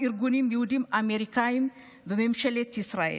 כמה ארגונים יהודיים-אמריקאיים וממשלת ישראל.